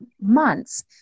months